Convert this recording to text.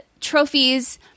trophies